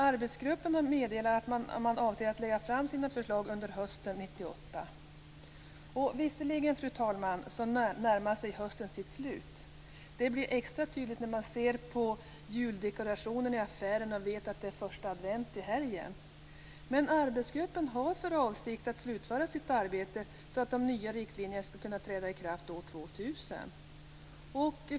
Arbetsgruppen har meddelat att man avser att lägga fram sina förslag under hösten 1998. Visserligen, fru talman, närmar sig hösten sitt slut - det blir extra tydligt när man ser juldekorationerna i affärerna och vet att det är första advent till helgen - men arbetsgruppen har för avsikt att slutföra sitt arbete så att de nya riktlinjerna kan träda i kraft år 2000.